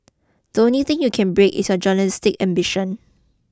the only thing you can break is your journalistic ambition